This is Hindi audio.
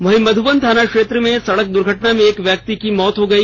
वहीं मधुवन थाना क्षेत्र में एक सड़क दुर्घटना में एक व्यक्ति की मौत हो गई